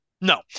No